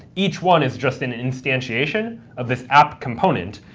each one is just an instantiation of this app component,